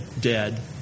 dead